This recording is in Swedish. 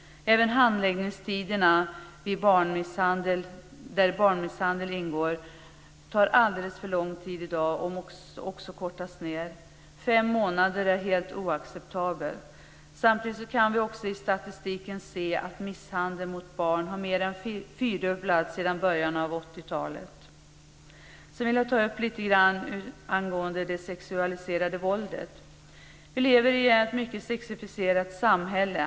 Handläggningstiderna vid barnmisshandel är i dag alldeles för långa och måste kortas ned. Fem månader är helt oacceptabelt. Samtidigt kan vi i statistiken se att misshandeln av barn har mer än fyrdubblats sedan början av 80-talet. Sedan vill jag ta upp lite grann angående det sexualiserade våldet. Vi lever i ett mycket sexifierat samhälle.